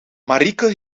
marieke